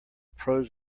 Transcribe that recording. pros